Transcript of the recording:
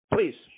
Please